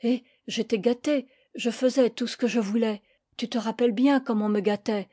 et j'étais gâtée je faisais tout ce que je voulais tute rappelles bien comme on me gâtait